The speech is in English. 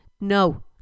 No